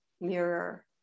mirror